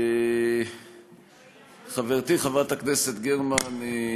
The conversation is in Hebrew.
חברתי חברת הכנסת גרמן,